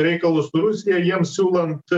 reikalus su rusija jiems siūlant